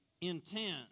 intent